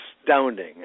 astounding